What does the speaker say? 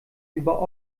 über